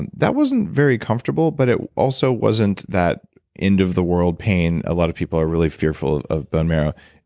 and that wasn't very comfortable but it also wasn't that end of the world pain a lot of people are really fearful of bone marrow.